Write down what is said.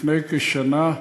לפני כשנה,